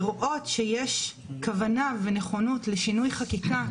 לראות שיש כוונה ונכונות לשינוי חקיקה,